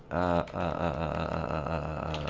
a